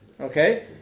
Okay